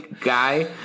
guy